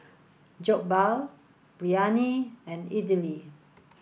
Jokbal Biryani and Idili